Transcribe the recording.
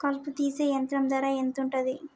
కలుపు తీసే యంత్రం ధర ఎంతుటది?